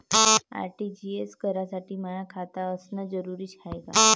RTGS करासाठी माय खात असनं जरुरीच हाय का?